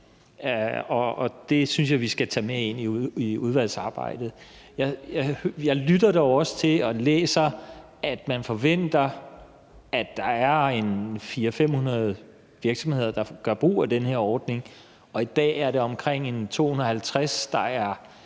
og det synes jeg vi skal tage med ind i udvalgsarbejdet. Jeg lytter og læser mig dog også til, at man forventer, at der er 500 virksomheder, der vil gøre brug af denne ordning, og i dag er det omkring 250, som